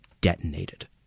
detonated